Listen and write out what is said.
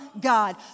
God